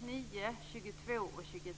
9, 22 och 23.